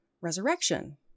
resurrection